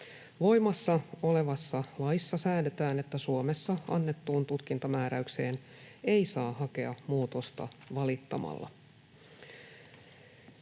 Voimassa olevassa laissa säädetään, että Suomessa annettuun tutkintamääräykseen ei saa hakea muutosta valittamalla.